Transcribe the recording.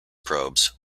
probes